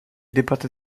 debatte